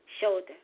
shoulder